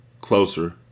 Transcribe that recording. Closer